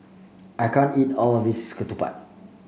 I can't eat all of this Ketupat